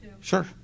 Sure